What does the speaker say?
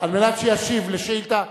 על מנת שישיב על שאילתא,